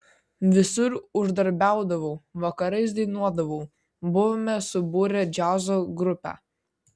visur uždarbiaudavau vakarais dainuodavau buvome subūrę džiazo grupę